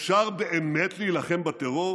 אפשר באמת להילחם בטרור?